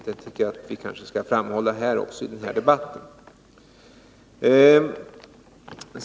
Det tycker jag att vi skall framhålla också här i debatten.